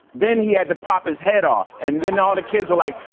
then he had to pop his head off and then all the kids were like,